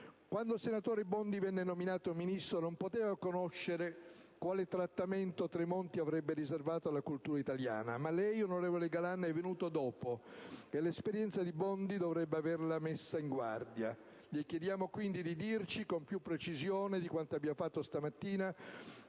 Quando il senatore Bondi venne nominato Ministro non poteva conoscere quale trattamento Tremonti avrebbe riservato alla cultura italiana, ma lei, onorevole Galan, è venuto dopo e l'esperienza di Bondi dovrebbe averla messa in guardia. Le chiediamo, quindi, di dirci con più precisione di quanto abbia fatto stamattina